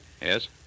Yes